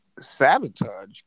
sabotage